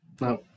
No